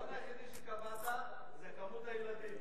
הקריטריון היחידי שקבעת זה כמות הילדים.